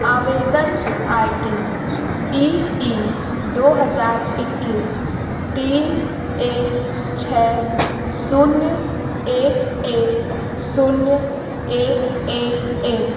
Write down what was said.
आवेदन I D E E दो हज़ार इक्कीस तीन एक छः शून्य एक एक शून्य एक एक एक